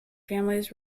families